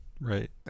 right